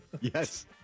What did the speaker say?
Yes